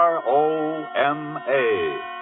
R-O-M-A